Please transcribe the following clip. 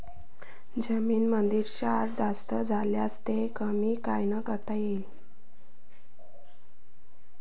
जमीनीमंदी क्षार जास्त झाल्यास ते कमी कायनं करता येईन?